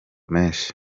menshi